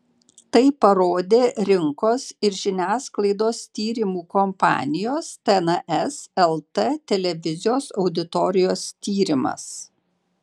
tai parodė rinkos ir žiniasklaidos tyrimų kompanijos tns lt televizijos auditorijos tyrimas